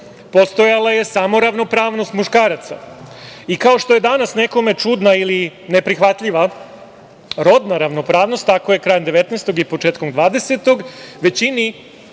postojala je samo ravnopravnost muškaraca. I kao što je danas nekome čudna ili neprihvatljiva rodna ravnopravnost, tako je krajem 19. i početkom 20. veka